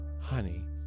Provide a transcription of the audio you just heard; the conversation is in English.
Honey